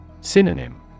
Synonym